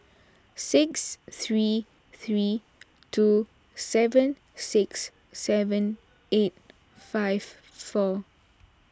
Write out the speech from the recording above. six three three two seven six seven eight five four